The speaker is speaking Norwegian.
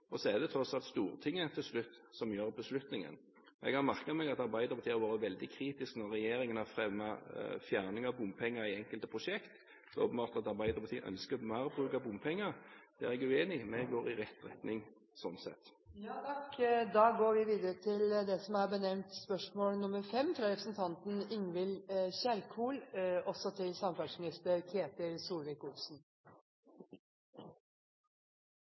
Så er det tross alt Stortinget som til slutt tar beslutningen. Jeg har merket meg at Arbeiderpartiet har vært veldig kritisk når regjeringen har fremmet fjerning av bompenger i enkelte prosjekt. Det er åpenbart at Arbeiderpartiet ønsker mer bruk av bompenger. Det er jeg uenig i, men det går i rett retning sånn sett. «Vedtatt Nasjonal transportplan har en god balanse mellom sentrum og distrikt. NTP står på en differensiert transportpolitikk som tar hensyn til